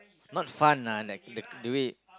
not fun lah like the way